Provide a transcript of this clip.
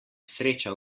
sreča